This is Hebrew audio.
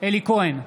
אלי כהן,